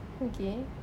okay